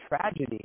tragedy